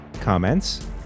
Comments